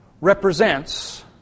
represents